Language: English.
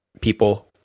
people